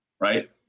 right